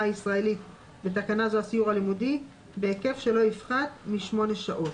הישראלית (בתקנה זו הסיור הלימודי) בהיקף שלא יפחת מ-8 שעות.